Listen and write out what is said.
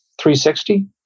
360